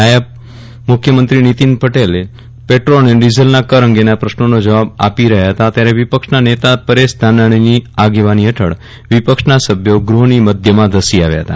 નાયબ મુખ્યમંત્રી નીતિન પટેલ પેટ્રોલ અને ડીઝલના કર અંગેના પ્રશ્નોનો જવાબ આપી રહ્યા હતા ત્યારે વિપક્ષના નેતા પરેશ ધાનાશ્રીની આગેવાની હેઠળ વિપક્ષના સભ્યો ગ્રહની મધ્યમાં ધસી આવ્યા હતા